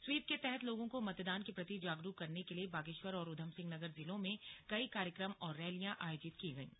SVEEP के तहत लोगों को मतदान के प्रति जागरुक करने के लिए बागेश्वर और उधमसिंहनगर जिलों में कई कार्यक्रम और रैलियां आयोजित की गईं